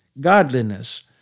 Godliness